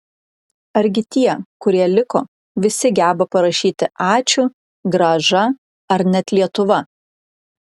argi tie kurie liko visi geba parašyti ačiū grąža ar net lietuva